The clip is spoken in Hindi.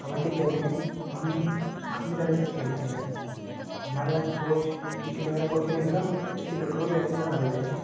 कबड्डी खेलते हैं तो हम अपने तरह से खेलते हैं हमारे यहाँ कोच फिटी वगैरह कुछ नहीं होता हम किसी लड़कों को ही रेफरी बना देते हैं